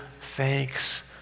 thanks